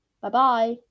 Bye-bye